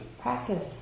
practice